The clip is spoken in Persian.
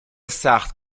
سخت